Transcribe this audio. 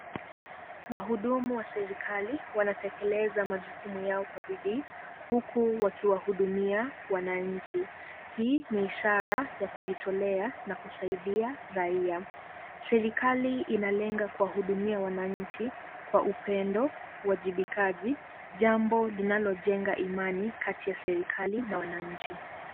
Wahudumu wa serikali, wanatekeleza majukumu yao kwa bidii, huku wakiwahudumia wananchi. Hii ni ishara ya kujitolea na kusaidia raia. Serikali inalenga kuwahudumia wananchi kwa upendo, uwajibikaji, jambo linalojenga imani kati ya serikali na wananchi.